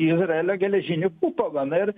izraelio geležinį kupolą na ir